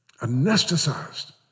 anesthetized